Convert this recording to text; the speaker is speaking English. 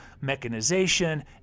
mechanization